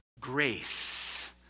grace